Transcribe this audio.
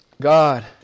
God